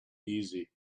easy